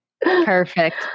Perfect